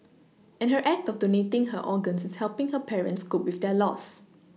and her act of donating her organs is helPing her parents cope with their loss